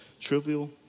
trivial